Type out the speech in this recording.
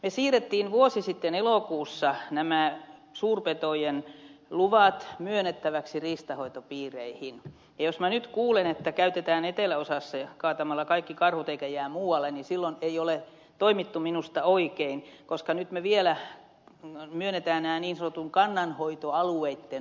me siirsimme vuosi sitten elokuussa suurpetojen luvat myönnettäviksi riistanhoitopiireihin ja jos minä nyt kuulen että ne käytetään eteläosassa kaatamalla kaikki karhut eikä niitä jää muualle niin silloin ei ole toimittu minusta oikein koska nyt me vielä myönnämme nämä niin sanottujen kannanhoitoalueitten mukaan